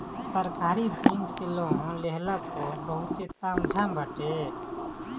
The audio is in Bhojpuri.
सरकारी बैंक से लोन लेहला पअ बहुते ताम झाम बाटे